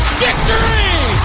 victory